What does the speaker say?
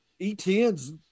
ETN's